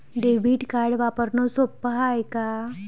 Debit card वापरणं सोप हाय का?